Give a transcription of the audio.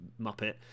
muppet